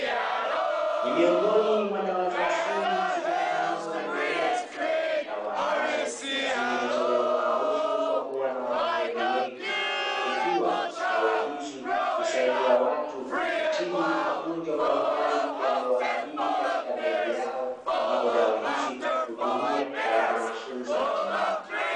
Ni miongoni mwa dawa za asili zitokanazo na mimea; dawa ambazo zimejizolea umaarufu kwa kuwa na watumiaji wengi, ikiwa dawa hizi husaidia watu kutibu magonjwa mbalimbali yanayowakabili katika miili yao, ambapo dawa hizi hutumia gharama nafuu za matibabu.